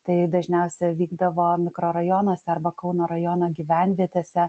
tai dažniausia vykdavo mikrorajonuose arba kauno rajono gyvenvietėse